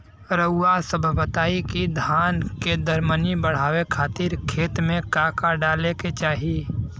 रउआ सभ बताई कि धान के दर मनी बड़ावे खातिर खेत में का का डाले के चाही?